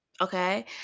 okay